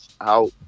out